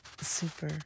Super